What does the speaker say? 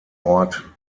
ort